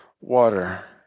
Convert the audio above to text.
water